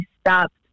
stopped